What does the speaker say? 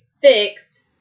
fixed